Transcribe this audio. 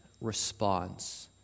response